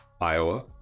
Iowa